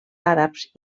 àrabs